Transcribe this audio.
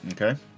Okay